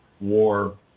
War